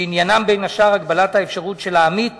שעניינם, בין השאר, הגבלת האפשרות של העמית